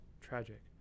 tragic